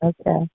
Okay